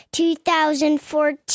2014